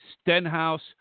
Stenhouse